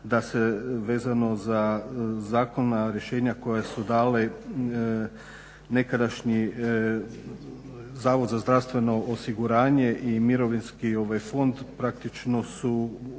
da se vezano za zakon rješenja koja su dali nekadašnji Zavod za zdravstveno osiguranje i Mirovinski fond praktično su